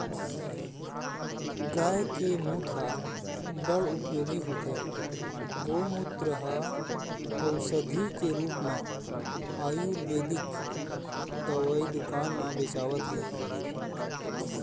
गाय के मूत ह बड़ उपयोगी होथे, गोमूत्र ह अउसधी के रुप म आयुरबेदिक दवई दुकान म बेचावत हे